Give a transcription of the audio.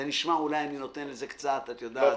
זה נשמע אולי אני נותן לזה קצת נופך.